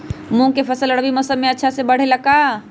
मूंग के फसल रबी मौसम में अच्छा से बढ़ ले का?